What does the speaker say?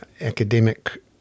academic